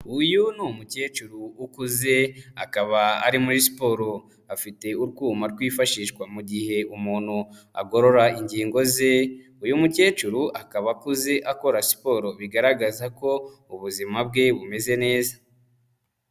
Uyu ni umukecuru ukuze akaba ari muri siporo, afite utwuma twifashishwa mu gihe umuntu agorora ingingo ze, uyu mukecuru akaba akuze akora siporo, bigaragaza ko ubuzima bwe bumeze neza.